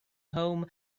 home